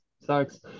sucks